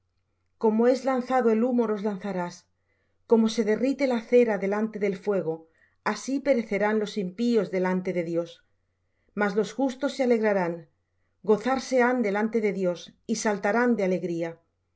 como es lanzado el humo los lanzarás como se derrite la cera delante del fuego así perecerán los impíos delante de dios mas los justos se alegrarán gozarse han delante de dios y saltarán de alegría